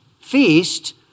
feast